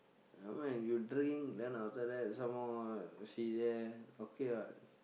never mind you drink then after that some more see there okay what